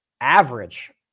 average